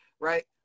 Right